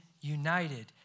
united